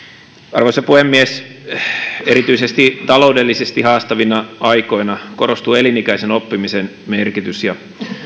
arvoisa puhemies erityisesti taloudellisesti haastavina aikoina korostuu elinikäisen oppimisen merkitys ja